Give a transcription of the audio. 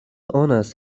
آنست